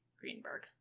Greenberg